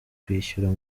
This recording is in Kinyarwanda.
kwishyura